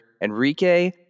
Enrique